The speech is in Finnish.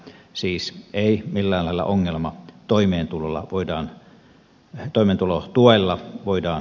siis ei millään lailla ongelma toimeentulotuella voidaan korvata